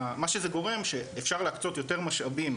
מה שזה גורם שאפשר להקצות יותר משאבים,